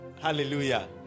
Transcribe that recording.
Hallelujah